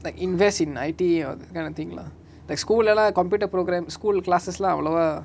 like invest in I_T or that kind of thing lah like school lah lah computer programs school classes lah அவலவா:avalava